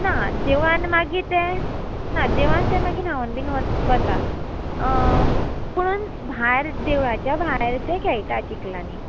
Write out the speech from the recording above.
ना देवळान मागीर ते ना देवळान ते मागीर न्हांवन बीन वता पुणून भायर देवळाच्या भायर तें खेळटा चिकलांनी